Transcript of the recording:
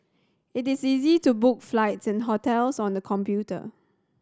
it is easy to book flights and hotels on the computer